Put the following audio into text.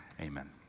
Amen